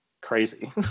crazy